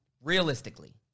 realistically